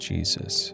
Jesus